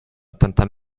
ottanta